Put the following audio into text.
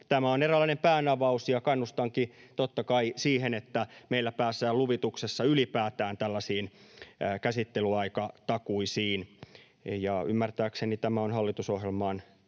Tämä on eräänlainen päänavaus, ja kannustankin totta kai siihen, että meillä päästään luvituksessa ylipäätään tällaisiin käsittelyaikatakuisiin — ja ymmärtääkseni tämä on hallitusohjelmaan kirjattu